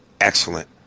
Excellent